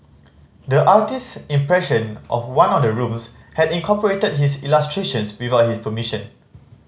the artist's impression of one of the rooms had incorporated his illustrations without his permission